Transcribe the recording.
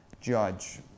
judge